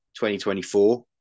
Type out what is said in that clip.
2024